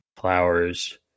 flowers